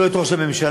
לא את ראש הממשלה,